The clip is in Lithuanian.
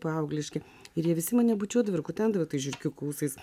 paaugliški ir jie visi mane bučiuodavo ir kutendavo žiurkiuku ūsais